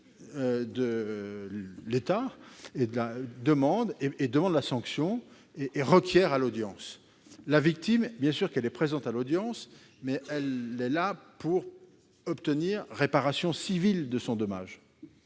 de l'État, il demande la sanction et requiert à l'audience. La victime est bien sûr présente à l'audience, mais elle est là pour obtenir réparation civile du dommage